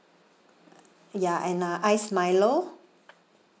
ya and a iced milo